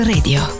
Radio